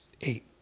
eight